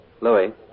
Louis